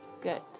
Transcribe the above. Good